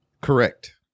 Correct